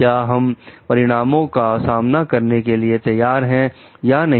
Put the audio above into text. क्या हम परिणामों का सामना करने के लिए तैयार हैं या नहीं